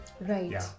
Right